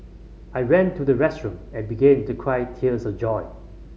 I ran to the restroom and began to cry tears of joy